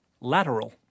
lateral